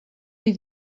ohi